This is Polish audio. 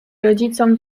rodzicom